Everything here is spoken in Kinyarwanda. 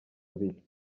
abiri